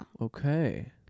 okay